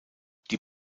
die